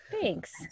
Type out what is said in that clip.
Thanks